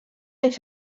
anys